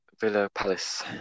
Villa-Palace